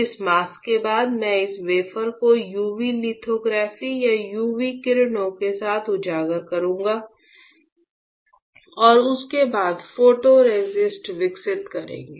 इस मास्क के बाद मैं इस वेफर को यूवी लिथोग्राफी या यूवी किरणों के साथ उजागर करूंगा और उसके बाद फोटोरेसिस्ट विकसित करेंगे